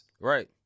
Right